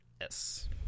Yes